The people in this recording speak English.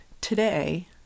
Today